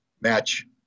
match